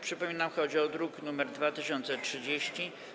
Przypominam, chodzi o druk nr 2030.